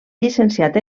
llicenciat